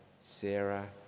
Sarah